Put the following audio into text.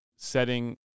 Setting